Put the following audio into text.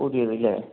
പുതിയതല്ലേ